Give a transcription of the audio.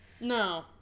No